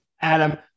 Adam